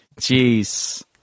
jeez